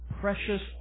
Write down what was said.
precious